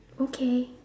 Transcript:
okay